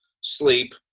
sleep